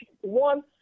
one